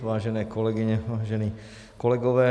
Vážené kolegyně, vážení kolegové.